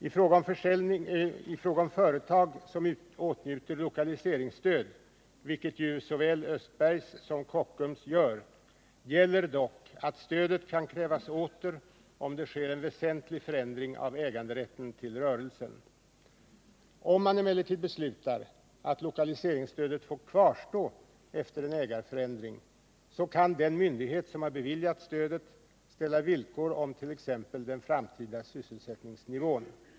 I fråga om företag som åtnjuter lokaliseringsstöd — vilket såväl Östbergs som Kockums gör — gäller dock att stödet kan krävas åter, om det sker en väsentlig förändring av äganderätten till rörelsen. Om man emellertid beslutar att lokaliseringsstödet får kvarstå efter en ägarförändring, kan den myndighet som har beviljat stödet ställa villkor om t.ex. den framtida sysselsättningsnivån.